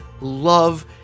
love